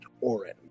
Orin